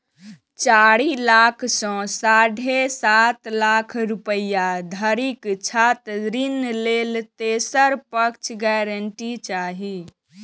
चारि लाख सं साढ़े सात लाख रुपैया धरिक छात्र ऋण लेल तेसर पक्षक गारंटी चाही